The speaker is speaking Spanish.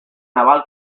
naval